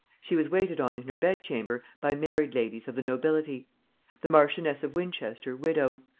she was waited on in her bed-chamber by married ladies of the nobility the marchioness of winchester widow,